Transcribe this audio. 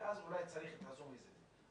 ואז אולי צריך את ה"זום" הזה.